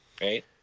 Right